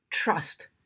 trust